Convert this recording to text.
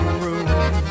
room